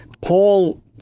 Paul